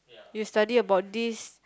you study about this